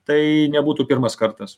tai nebūtų pirmas kartas